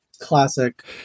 Classic